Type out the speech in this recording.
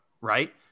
right